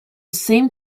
same